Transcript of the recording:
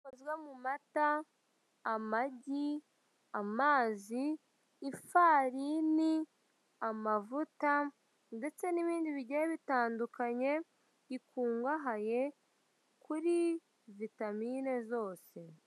Bikozwe mu mata, amagi, amazi, ifarini, amavuta ndetse n'ibindi bigiye bitandukanye bikungahaye kuri vitamine zose.